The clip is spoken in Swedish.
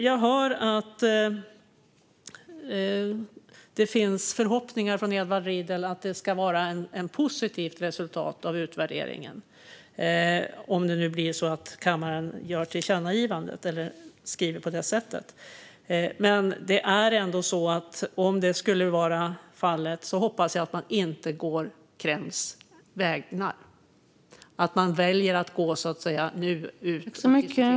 Jag hör att det finns förhoppningar från Edward Riedl om att det ska bli ett positivt resultat av utvärderingen, om kammaren gör ett tillkännagivande eller skriver på det sättet. Men om det skulle vara fallet hoppas jag att man inte går Kremls väg och att man inte nu väljer att gå ut och diskutera på Kremls hemmaplan.